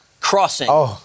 crossing